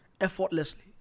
effortlessly